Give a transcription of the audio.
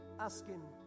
asking